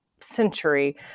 century